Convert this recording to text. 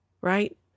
Right